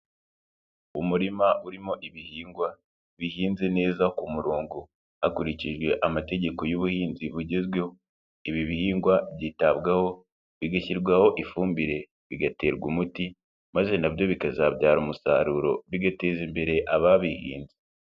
Umurima urimo ibihingwa bihinze neza ku murongo hakurikijwe amategeko y'ubuhinzi bugezweho, ibi bihingwa byitabwaho bigashyirwaho ifumbire bigaterwa umuti maze na byo bikazabyara umusaruro bigateza imbere ababihinze.